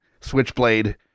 Switchblade